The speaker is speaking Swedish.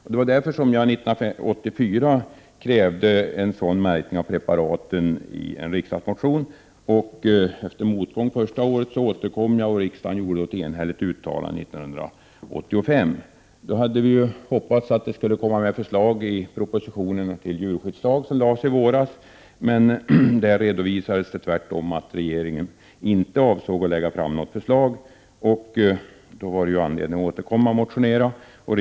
Av den anledningen krävde jag 1984 i en riksdagsmotion en sådan märkning av preparaten. Det var motgång första året, men jag återkom i frågan. Riksdagen gjorde ett enhälligt uttalande 1985. Då hoppades jag och andra att det skulle komma förslag i den här riktningen i den proposition om djurskyddslagen som lades fram i våras. Men där redovisades i stället att regeringen inte avsåg att lägga fram något förslag. Därför fanns det anledning att återkomma med en motion.